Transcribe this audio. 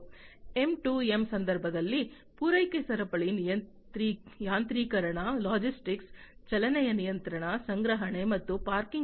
M2M ಸಂದರ್ಭದಲ್ಲಿ ಪೂರೈಕೆ ಸರಪಳಿ ಯಾಂತ್ರೀಕರಣ ಲಾಜಿಸ್ಟಿಕ್ಸ್ ಚಲನೆಯ ನಿಯಂತ್ರಣ ಸಂಗ್ರಹಣೆ ಮತ್ತು ಪಾರ್ಕಿಂಗ್